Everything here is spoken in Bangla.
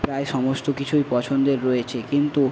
প্রায় সমস্ত কিছুই পছন্দের রয়েছে কিন্তু